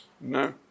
No